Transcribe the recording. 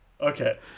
Okay